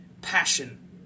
passion